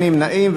אין נמנעים,